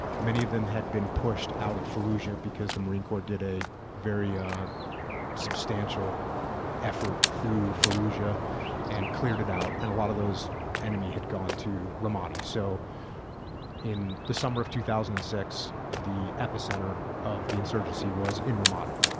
many of them had been pushed out of fallujah because the marine corps did a very ah substantial effort through fallujah and cleared it out, and a lot of the enemy had gone to ramadi. so in the summer of two thousand and six, the epicenter of the insurgency was in ramadi.